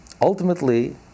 ultimately